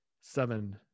seven